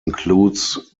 includes